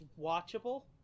watchable